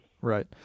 Right